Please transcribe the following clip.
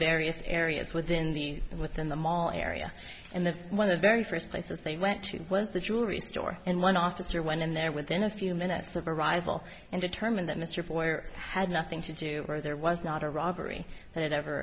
various areas within the within the mall area and the one of very first places they went to was the jewelry store and one officer went in there within a few minutes of arrival and determined that mr foy had nothing to do or there was not a robbery that ever